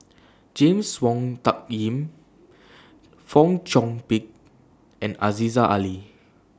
James Wong Tuck Yim Fong Chong Pik and Aziza Ali